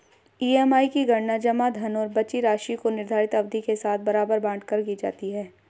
EMI की गणना जमा धन और बची राशि को निर्धारित अवधि के साथ बराबर बाँट कर की जाती है